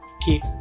keep